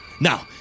Now